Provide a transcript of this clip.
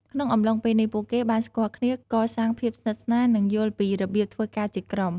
ក្នុងអំឡុងពេលនេះ ពួកគេបានស្គាល់គ្នា កសាងភាពស្និទ្ធស្នាល និងយល់ពីរបៀបធ្វើការជាក្រុម។